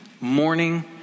morning